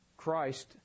Christ